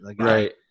Right